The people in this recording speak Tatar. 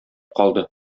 калды